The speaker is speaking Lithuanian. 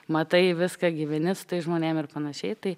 matai viską gyveni su tais žmonėm ir panašiai tai